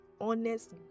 honest